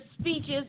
speeches